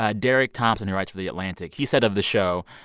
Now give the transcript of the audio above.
ah derek thompson, who writes for the atlantic he said of the show,